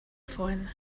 phone